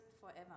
forever